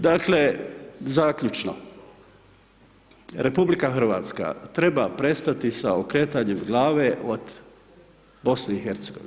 Dakle, zaključno RH, treba prestati sa okretanjem glave od BIH.